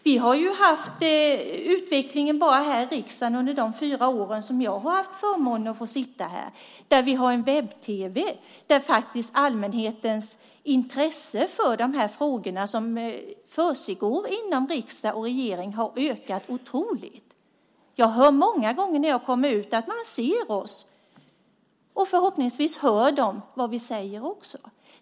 Vi kan se på utvecklingen här i riksdagen bara under de fyra år som jag har haft förmånen att få sitta här. Vi har en webb-tv som har gjort att allmänhetens intresse för de frågor som tas upp och det som försiggår inom riksdag och regering har ökat otroligt. Jag hör många gånger när jag kommer ut att människor ser oss, och förhoppningsvis hör de också vad vi säger.